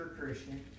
Christian